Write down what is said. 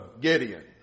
Gideon